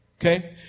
Okay